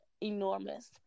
enormous